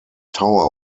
tower